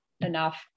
enough